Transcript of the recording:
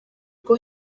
rwo